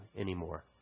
anymore